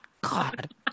god